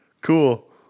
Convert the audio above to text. Cool